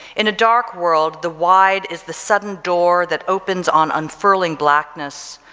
in a dark world, the wide is the sudden door that opens on unfurling blackness,